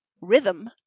rhythm